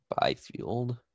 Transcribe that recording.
Byfield